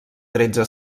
tretze